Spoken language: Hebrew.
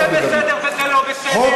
אז למה זה בסדר וזה לא בסדר?